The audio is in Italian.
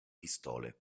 pistole